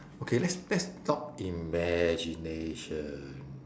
okay let's let's talk imagination